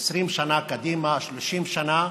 20 שנה קדימה, 30 שנה.